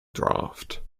draft